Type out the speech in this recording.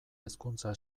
hezkuntza